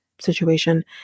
situation